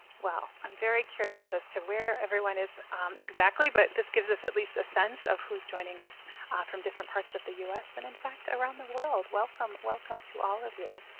wow, i'm very curious as to everyone is exactly but this gives us at least a sense of who's joining us from different parts of the us and in fact around the world. welcome, welcome to all of you.